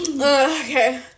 okay